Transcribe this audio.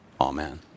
Amen